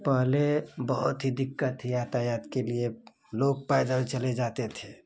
पहले बहुत ही दिक्कत थी यातायात के लिए लोग पैदल चले जाते थे